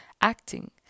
acting